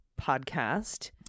podcast